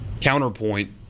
Counterpoint